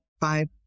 five